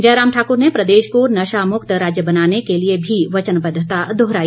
जयराम ठाकुर ने प्रदेश को नशा मुक्त राज्य बनाने के लिए भी वचनबद्धता दोहराई